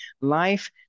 life